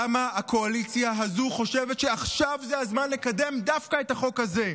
למה הקואליציה הזו חושבת שעכשיו זה הזמן לקדם דווקא את החוק הזה?